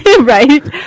Right